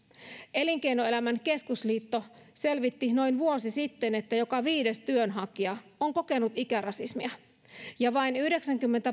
elinkeinoelämän keskusliitto selvitti noin vuosi sitten että joka viides työnhakija on kokenut ikärasismia ja vain yhdeksänkymmentä